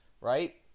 right